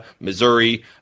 Missouri